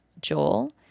Joel